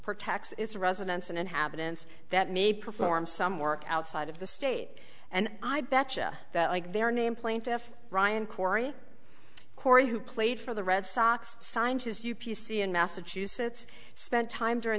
protects its residents and inhabitants that may perform some work outside of the state and i betcha that like their name plaintiff brian corey corey who played for the red sox signed his u p c in massachusetts spent time during